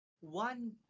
one